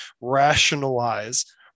rationalize